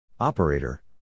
Operator